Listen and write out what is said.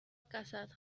casado